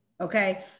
Okay